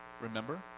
remember